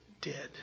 dead